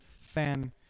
Fan